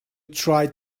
try